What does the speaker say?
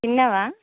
తిన్నావా